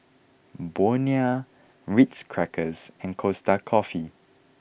Bonia Ritz Crackers and Costa Coffee